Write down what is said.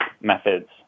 methods